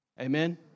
Amen